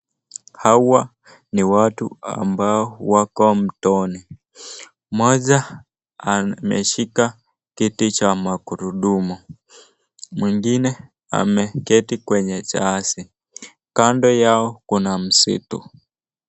Hawa ni watu ambao wako mtoni. Mmoja ameshika kiti cha magurudumu, mwingine ameketi kwenye jahazi. Kando yao kuna msitu.